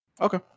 okay